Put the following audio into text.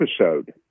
episode